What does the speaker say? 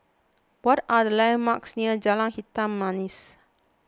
what are the landmarks near Jalan Hitam Manis